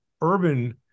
urban